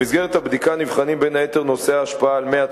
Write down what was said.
במסגרת הבדיקה נבחנים נושאי ההשפעה על מי התהום,